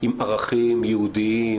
עם ערכים יהודיים,